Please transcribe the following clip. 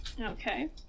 Okay